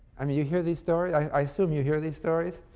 i mean you hear these stories i assume you hear these stories.